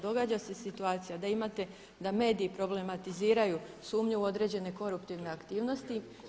Događa se situacija da imate da mediji problematiziraju sumnju u određene koruptivne aktivnosti.